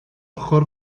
ochr